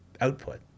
output